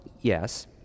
Yes